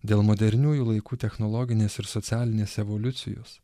dėl moderniųjų laikų technologinės ir socialinės evoliucijos